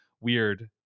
weird